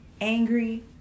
angry